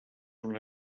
una